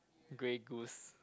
grey goose